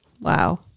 Wow